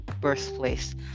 birthplace